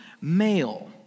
male